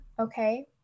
Okay